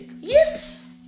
Yes